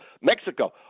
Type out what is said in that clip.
Mexico